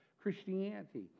Christianity